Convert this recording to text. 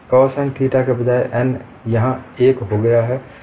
Cos n theta के बजाय n यहाँ 1 हो गया है